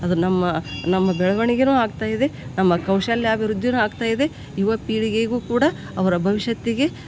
ಅದು ನಮ್ಮ ನಮ್ಮ ಬೆಳ್ವಣಿಗೆಯೂ ಆಗ್ತಾ ಇದೆ ನಮ್ಮ ಕೌಶಲ್ಯಾಭಿವೃದ್ದಿಯೂ ಆಗ್ತಾ ಇದೆ ಯುವ ಪೀಳಿಗೆಗೂ ಕೂಡ ಅವರ ಭವಿಷ್ಯತ್ತಿಗೆ